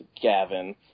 Gavin